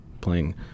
playing